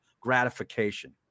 gratification